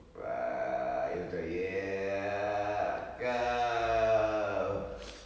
wa~ yo~ tu~ ya kau